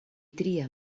tria